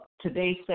today's